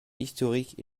historique